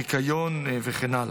ניקיון וכן הלאה.